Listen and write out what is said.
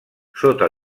sota